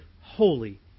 holy